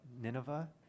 Nineveh